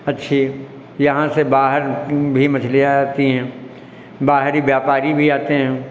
अच्छी यहाँ से बाहर भी मछलियां आ जाती हैं बाहरी व्यापारी भी आते हैं